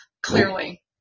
Clearly